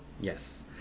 Yes